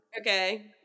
Okay